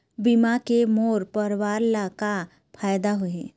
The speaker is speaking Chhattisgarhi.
बीमा के मोर परवार ला का फायदा होही?